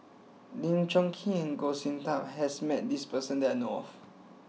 Lim Chong Keat and Goh Sin Tub has met this person that I know of